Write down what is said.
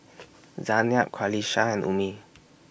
Zaynab Qalisha and Ummi